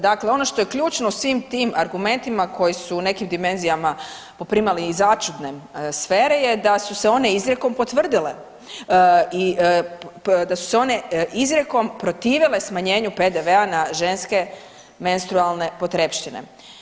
Dakle, ono što je ključno u svim tim argumentima koji su u nekim dimenzijama poprimali i začudne sfere je da su se one izrijekom potvrdile i da su se one izrijekom protivile smanjenju PDV-a na ženske menstrualne potrepštine.